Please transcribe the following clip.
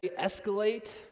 escalate